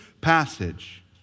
passage